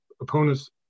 opponents